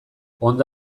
ondo